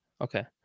Okay